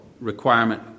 requirement